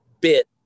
bit